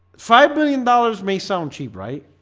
five billion dollars may sound cheap, right?